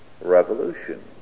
revolution